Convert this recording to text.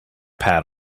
pad